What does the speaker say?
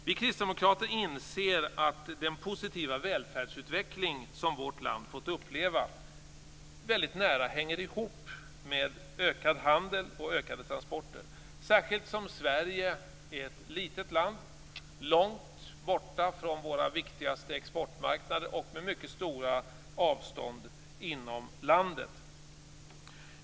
Vi kristdemokrater inser att den positiva välfärdsutveckling som vårt land fått uppleva mycket nära hänger ihop med ökad handel och ökade transporter, särskilt som Sverige är ett litet land långt borta från våra viktigaste exportmarknader och med stora avstånd inom landet.